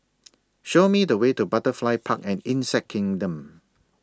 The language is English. Show Me The Way to Butterfly Park and Insect Kingdom